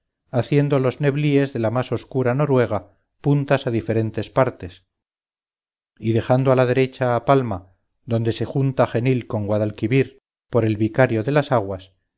haciendo los neblíes de la más obscura noruega puntas a diferentes partes y dejando a la derecha a palma donde se junta genil con guadalquivir por el vicario de las aguas